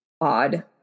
odd